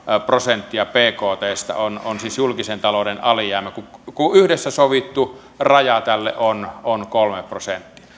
prosenttia bktstä on on siis julkisen talouden alijäämä kun yhdessä sovittu raja tälle on on kolme prosenttia